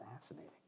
fascinating